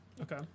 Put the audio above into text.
okay